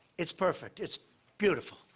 it's perfect. it's beautiful.